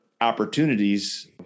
opportunities